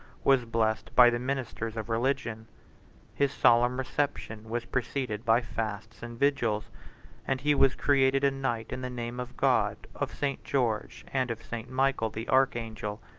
was blessed by the ministers of religion his solemn reception was preceded by fasts and vigils and he was created a knight in the name of god, of st. george, and of st. michael the archangel.